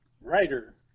writer